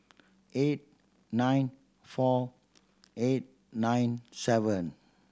eight nine four eight nine seven